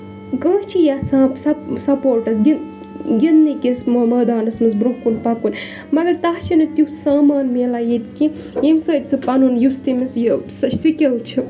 کانٛہہ چھُ یَژھان سَپوٹٕس گِندنہٕ کِس مٲدانَس منٛز برۄنہہ کُن پَکُن مَگر تَتھ چھُ نہٕ تیُتھ سَمان میلان ییٚتہِ کہِ ییٚمہِ سۭتۍ سُہ پَنُن یُس تہِ تٔمِس یہِ سِکِل چھُ